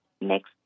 next